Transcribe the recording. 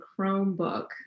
Chromebook